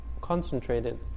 concentrated